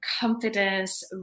confidence